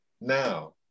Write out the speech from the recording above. now